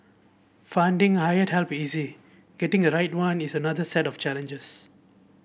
finding hired help easy getting the right one is another set of challenges